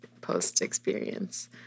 post-experience